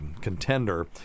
contender